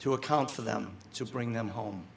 to account for them to bring them home